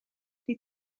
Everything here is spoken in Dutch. die